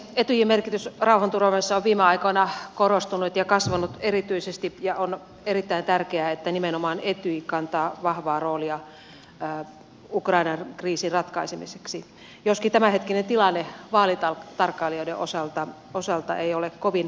etyjin merkitys rauhanturvaamisessa on viime aikoina korostunut ja kasvanut erityisesti ja on erittäin tärkeää että nimenomaan etyj kantaa vahvaa roolia ukrainan kriisin ratkaisemiseksi joskaan tämänhetkinen tilanne vaalitarkkailijoiden osalta ei ole kovin lohdullinen